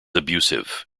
abusive